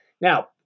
Now